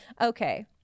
okay